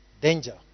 danger